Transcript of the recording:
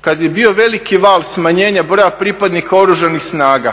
kad je bio veliki val smanjenja broja pripadnika Oružanih snaga